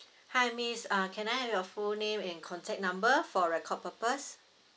hi miss uh can I have your full name and contact number for record purpose